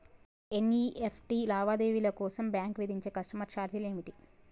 NEFT లావాదేవీల కోసం bank విధించే కస్టమర్ ఛార్జీలు ఏమిటి?